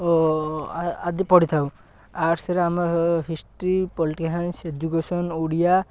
ଓ ଆଦି ପଢ଼ିଥାଉ ଆର୍ଟସରେ ଆମର history political science education Odia